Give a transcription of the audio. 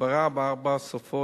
הסברה בארבע שפות,